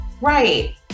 Right